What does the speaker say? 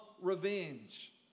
revenge